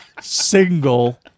single